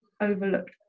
overlooked